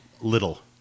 little